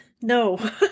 No